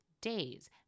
days